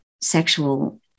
sexual